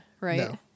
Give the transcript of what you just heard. right